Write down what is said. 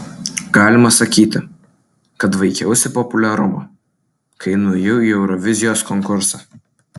galima sakyti kad vaikiausi populiarumo kai nuėjau į eurovizijos konkursą